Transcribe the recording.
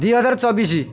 ଦୁଇହଜାର ଚବିଶ